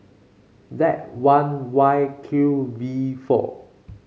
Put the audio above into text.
Z one Y Q V four